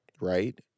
right